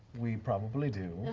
we probably do.